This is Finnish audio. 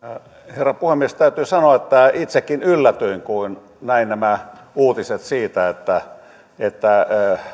herra puhemies täytyy sanoa että itsekin yllätyin kun näin nämä uutiset siitä että että